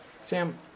Sam